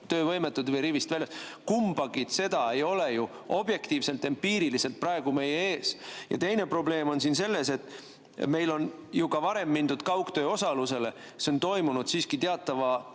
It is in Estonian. töövõimetud või rivist väljas. Kumbagi seda ei ole ju objektiivselt empiiriliselt praegu meie ees. Teine probleem on selles, et meil on ju ka varem mindud üle kaugosalusega istungitele, kuid see on toimunud siiski teatava